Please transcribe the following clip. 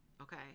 Okay